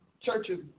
Churches